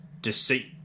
deceit